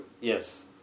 Yes